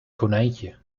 konijntje